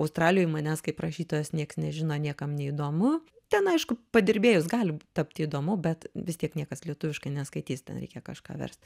o australijoj manęs kaip rašytojos nieks nežino niekam neįdomu ten aišku padirbėjus gali tapti įdomu bet vis tiek niekas lietuviškai neskaitys ten reikia kažką verst